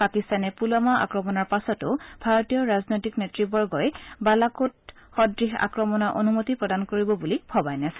পাকিস্তানে পুলৱামা আক্ৰমণৰ পাছতো ভাৰতীয় ৰাজনৈতিক নেত়বৰ্গই বালাকোটে সদৃশ আক্ৰমণৰ অনুমতি প্ৰদান কৰিব বুলি ভবাই নাছিল